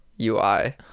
UI